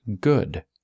good